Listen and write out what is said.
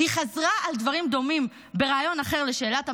היא חזרה על דברים דומים בריאיון אחר לשאלת המראיין,